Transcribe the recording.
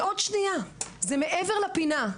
זה עוד שנייה, זה מעבר לפינה.